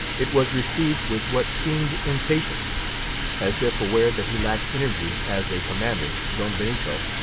it was received with what seemed impatience as if aware that he lacked energy as a commander, don benito,